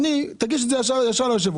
תגיש את זה ישר ליושב-ראש,